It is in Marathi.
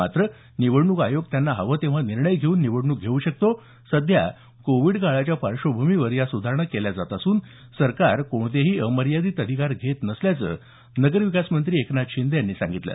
मात्र निवडणूक आयोग त्यांना हवं तेव्हा निर्णय घेऊन निवडणूक घेऊ शकतो सध्या कोविड काळाच्या पार्श्वभूमीवर या सुधारणा केल्या असून सरकार कोणतेही अमर्यादित अधिकार घेत नसल्याचं नगरविकास मंत्री एकनाथ शिंदे यांनी सांगितलं